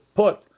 put